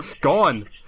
Gone